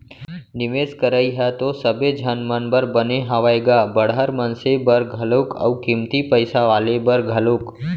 निवेस करई ह तो सबे झन मन बर बने हावय गा बड़हर मनसे बर घलोक अउ कमती पइसा वाले बर घलोक